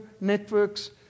networks